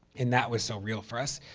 and that was so real for us.